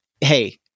Hey